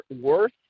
worth